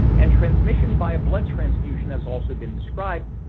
and transmission by a blood transfusion has also been described,